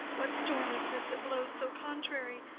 what storm is this that blows so contrary?